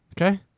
okay